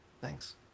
Thanks